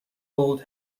old